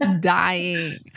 dying